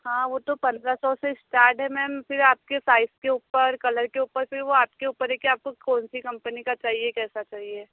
हाँ वो तो पंद्रह सौ से इस्टार्ट है मैम फिर आपके साइज़ के ऊपर कलर के ऊपर फिर वो आपके ऊपर है कि आपको कौन सी कम्पनी का चाहिए कैसा चाहिए